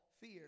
fear